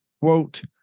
quote